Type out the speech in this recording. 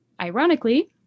Ironically